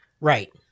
Right